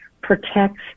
protects